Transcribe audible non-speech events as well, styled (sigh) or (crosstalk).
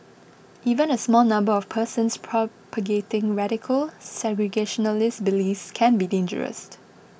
even a small number of persons propagating radical segregationist beliefs can be dangerous (unintelligible)